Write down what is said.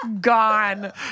gone